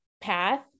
path